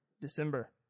December